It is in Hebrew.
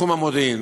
תחום המודיעין.